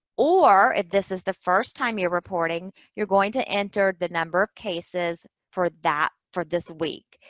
or if this is the first time you're reporting, you're going to enter the number of cases for that, for this week.